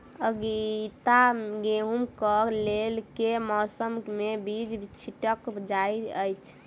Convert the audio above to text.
आगिता गेंहूँ कऽ लेल केँ मौसम मे बीज छिटल जाइत अछि?